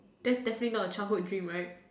that's definitely not a childhood dream right